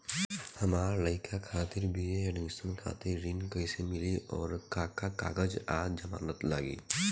हमार लइका खातिर बी.ए एडमिशन खातिर ऋण कइसे मिली और का का कागज आ जमानत लागी?